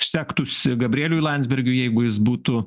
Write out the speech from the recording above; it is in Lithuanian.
sektųsi gabrieliui landsbergiui jeigu jis būtų